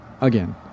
Again